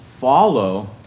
follow